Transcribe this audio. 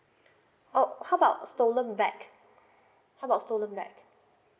oh how about stolen bag how about stolen bag